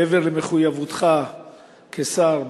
מעבר למחויבותך כשר,